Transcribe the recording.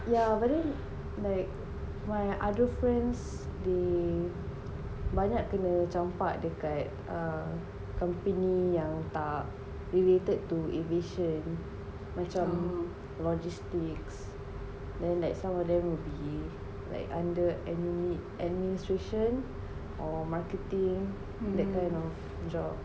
yeah but then like my other friends they banyak kena campak dekat err company yang tak related to aviation macam logistics then like some of them will be like under admini~ administration or marketing that kind of job